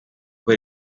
uko